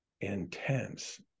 intense